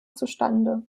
zustande